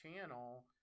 channel